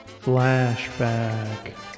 Flashback